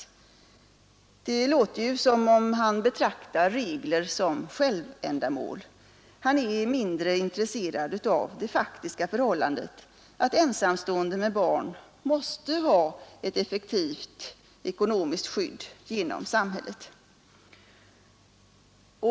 Det låter som om han betraktar regler som självändamål. Han är mindre intresserad av faktiska förhållandet, att ensamstående med barn måste ha ett effektivt ekonomiskt skydd genom samhället.